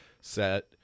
set